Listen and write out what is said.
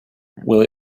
will